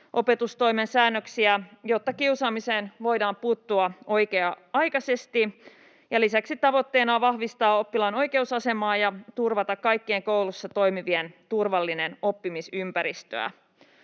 opetustoimen säännöksiä, jotta kiusaamiseen voidaan puuttua oikea-aikaisesti. Lisäksi tavoitteena on vahvistaa oppilaan oikeusasemaa ja turvata kaikkien koulussa toimivien turvallinen oppimisympäristö.